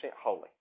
holy